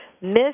Miss